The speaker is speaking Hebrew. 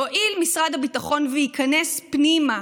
יואיל משרד הביטחון וייכנס פנימה,